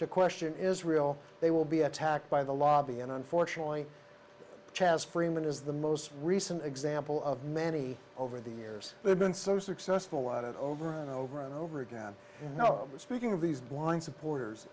to question israel they will be attacked by the lobby and unfortunately chess freeman is the most recent example of many over the years they've been so successful at it over and over and over again you know speaking of these blind supporters